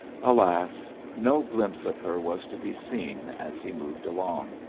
alas! no glimpse of her was to be seen as he moved along,